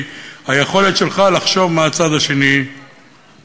היכולת שלך לחשוב מה הצד השני מרגיש.